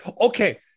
Okay